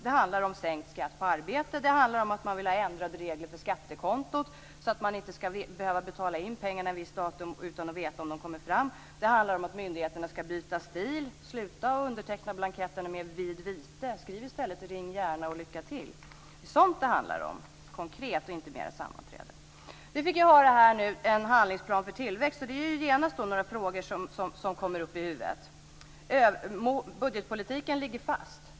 Det handlar om sänkt skatt på arbete, och det handlar om att man vill ha ändrade regler för skattekontot så att man inte skall behöva betala in pengarna ett visst datum utan att veta om de kommer fram. Det handlar om att myndigheterna skall byta stil, att de skall sluta underteckna blanketterna med: Vid vite. Skriv i stället: Ring gärna och lycka till! Det är sådant det handlar om: konkreta saker, inte mera sammanträden. Vi fick höra en handlingsplan för tillväxt, och det kommer genast upp några frågor i huvudet. Budgetpolitiken ligger fast, heter det.